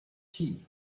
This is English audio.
tea